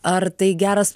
ar tai geras